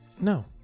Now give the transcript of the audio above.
No